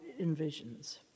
envisions